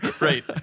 Right